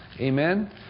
Amen